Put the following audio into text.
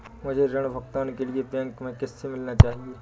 मुझे ऋण भुगतान के लिए बैंक में किससे मिलना चाहिए?